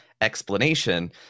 explanation